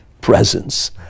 presence